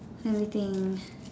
let me think